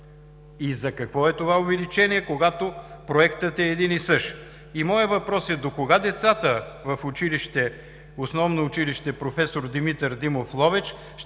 За какво е това увеличение, когато Проектът е един и същ? Моят въпрос е: докога децата в Основно училище „Проф. Димитър Димов“ – Ловеч, ще са